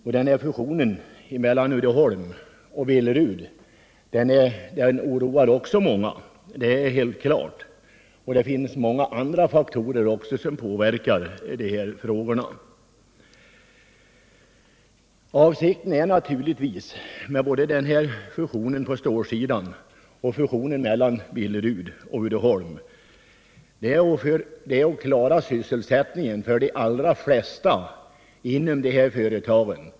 Också fusionen mellan Uddeholm och Billerud oroar många, och det finns dessutom många andra faktorer som påverkar sysselsättningen. Avsikten både med fusionen på stålområdet och med fusionen mellan Billerud och Uddeholm är att klara sysselsättningen för de allra flesta inom de berörda företagen.